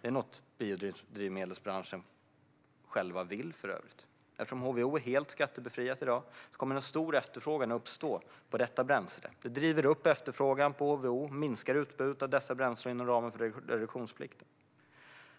Det är något biodrivmedelsbranschen själv vill, för övrigt. Eftersom HVO är helt skattebefriat i dag kommer en stor efterfrågan på detta bränsle att uppstå. Det driver upp efterfrågan på HVO och minskar utbudet av dessa bränslen inom ramen för reduktionsplikten.